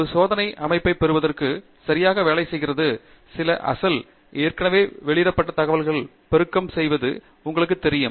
ஒரு சோதனை அமைப்பைப் பெறுவதற்கு சரியாக வேலைசெய்கிறது சில அசல் ஏற்கனவே வெளியிடப்பட்ட தகவல்களை பெருக்கம் செய்வது உங்களுக்குத் தெரியும்